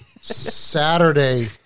Saturday